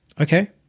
Okay